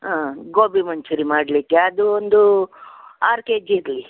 ಹಾಂ ಗೋಬಿ ಮಂಚೂರಿ ಮಾಡಲಿಕ್ಕೆ ಅದು ಒಂದು ಆರು ಕೆ ಜಿ ಇರಲಿ